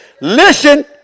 Listen